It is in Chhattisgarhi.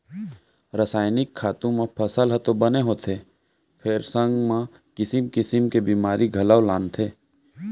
रसायनिक खातू म फसल तो बने होथे फेर संग म किसिम किसिम के बेमारी घलौ लानथे